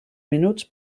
minuts